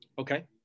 Okay